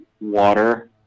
water